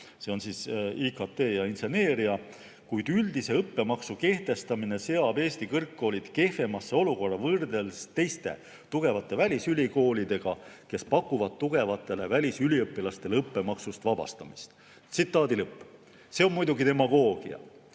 ja tööturul (IKT, inseneeria), kuid üldise õppemaksu kehtestamine seab Eesti kõrgkoolid kehvemasse olukorda võrreldes teiste tugevate välisülikoolidega, kes pakuvad tugevatele välisüliõpilastele õppemaksust vabastust." Tsitaadi lõpp. See on muidugi demagoogia.